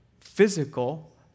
physical